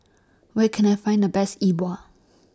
Where Can I Find The Best E Bua